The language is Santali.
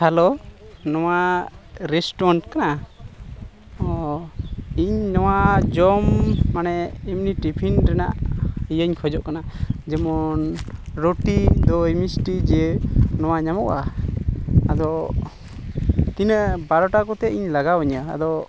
ᱦᱮᱞᱳ ᱱᱚᱣᱟ ᱨᱮᱥᱴᱩᱨᱮᱱᱴ ᱠᱟᱱᱟ ᱚᱸᱻ ᱤᱧ ᱱᱚᱣᱟ ᱡᱚᱢ ᱢᱟᱱᱮ ᱮᱢᱱᱤ ᱴᱤᱯᱷᱤᱱ ᱨᱮᱱᱟᱜ ᱤᱭᱟᱹᱧ ᱠᱷᱚᱡᱚᱜ ᱠᱟᱱᱟ ᱡᱮᱢᱚᱱ ᱨᱩᱴᱤ ᱫᱚᱭ ᱢᱤᱥᱴᱤ ᱡᱮ ᱱᱚᱣᱟ ᱧᱟᱢᱚᱜᱼᱟ ᱟᱫᱚ ᱛᱤᱱᱟᱹᱜ ᱵᱟᱨᱚᱴᱟ ᱠᱚᱛᱮ ᱤᱧ ᱞᱟᱜᱟᱣ ᱤᱧᱟᱹ ᱟᱫᱚ